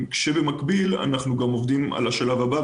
במקביל אנחנו גם עובדים על השלב הבא,